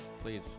Please